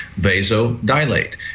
vasodilate